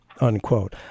unquote